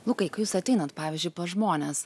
lukai kai jūs ateinat pavyzdžiui pas žmones